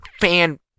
fan